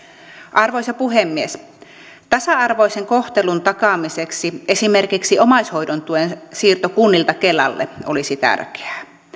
arvoisa puhemies tasa arvoisen kohtelun takaamiseksi esimerkiksi omaishoidon tuen siirto kunnilta kelalle olisi tärkeää